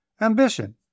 Ambition